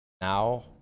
now